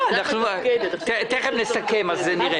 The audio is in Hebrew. תיכף נסכם נראה.